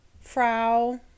frau